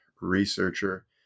researcher